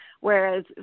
whereas